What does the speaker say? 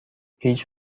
هیچ